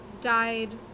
died